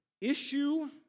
Issue